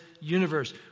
universe